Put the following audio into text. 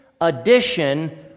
addition